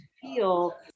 feel